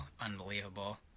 Unbelievable